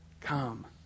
come